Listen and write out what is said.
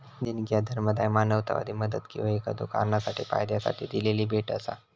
देणगी ह्या धर्मादाय, मानवतावादी मदत किंवा एखाद्यो कारणासाठी फायद्यासाठी दिलेली भेट असा